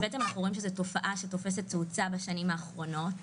אנחנו רואים שזו תופעה שתופסת תאוצה בשנים האחרונות,